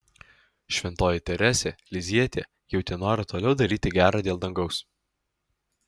šventoji teresė lizjietė jautė norą toliau daryti gera dėl dangaus